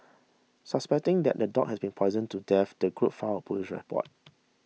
suspecting that the dog had been poisoned to death the group filed a police report